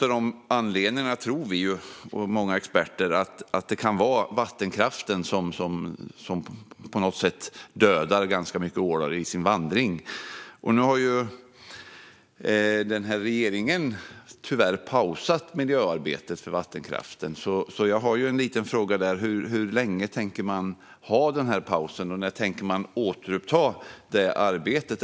Vi och många experter tror att vattenkraften dödar ganska många ålar under deras vandring. Tyvärr har regeringen pausat miljöarbetet med vattenkraften. Hur länge tänker man pausa det? När tänker man återuppta arbetet?